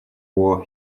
war